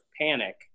panic